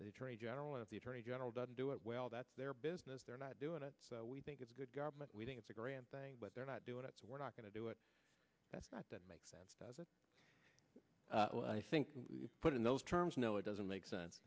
attorney general of the attorney general doesn't do it well that's their business they're not doing it we think it's a good government we think it's a grand thing but they're not doing it so we're not going to do it that's not that makes sense does it i think you put in those terms no it doesn't make sense